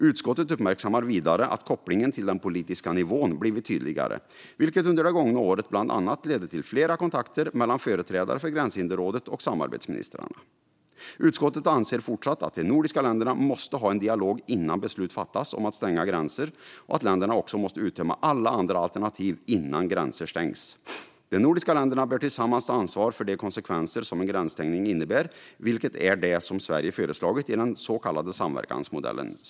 Utskottet uppmärksammar vidare att kopplingen till den politiska nivån blivit tydligare, vilket under det gångna året bl.a. ledde till flera kontakter mellan företrädare för Gränshinderrådet och samarbetsministrarna. Utskottet anser fortsatt att de nordiska länderna måste ha en dialog innan beslut fattas om att stänga gränser och att länderna också måste uttömma alla andra alternativ innan gränser stängs. De nordiska länderna bör tillsammans ta ansvar för de konsekvenser som en gränsstängning innebär, vilket är det som Sverige föreslagit i den s.k. samverkansmodellen."